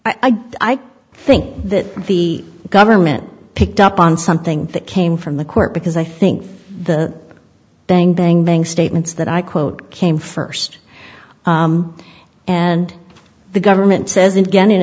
don't think that the government picked up on something that came from the court because i think the bang bang bang statements that i quote came first and the government says again in